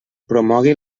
promogui